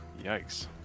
Yikes